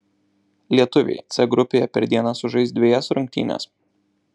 lietuviai c grupėje per dieną sužais dvejas rungtynes